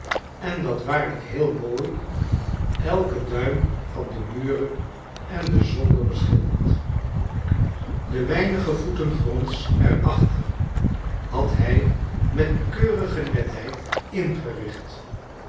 en dat waarlijk heel mooi elken duim van de muren en den zolder beschilderd de weinige voeten gronds er achter had hij met keurige netheid ingericht